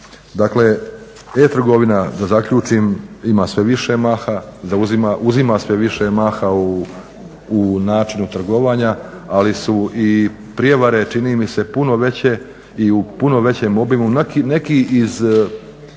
Dakle, e-trgovina da zaključim ima sve više maha, uzima sve više maha u način trgovanja, ali su i prijevare čini mi se puno veće i u puno većem obimu.